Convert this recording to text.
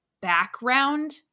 background –